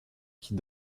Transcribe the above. qui